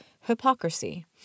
hypocrisy